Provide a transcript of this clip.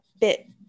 bit